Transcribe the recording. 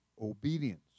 obedience